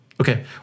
Okay